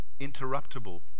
interruptible